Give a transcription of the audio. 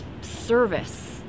service